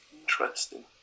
Interesting